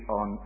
on